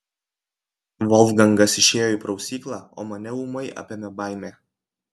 volfgangas išėjo į prausyklą o mane ūmai apėmė baimė